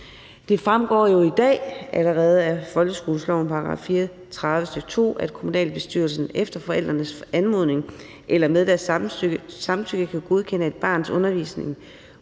Det fremgår jo i dag allerede af folkeskolelovens § 34, stk. 2, at kommunalbestyrelsen efter forældrenes anmodning eller med deres samtykke kan godkende, at et barns undervisning